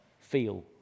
feel